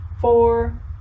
four